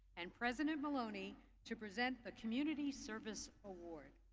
and president maloney to present the community service award.